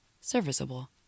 Serviceable